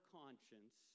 conscience